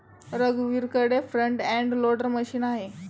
रघुवीरकडे front end loader machine आहे